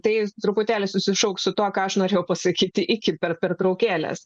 tai truputėlį susišauks su tuo ką aš norėjau pasakyti iki per pertraukėles